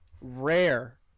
Rare